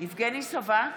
יבגני סובה,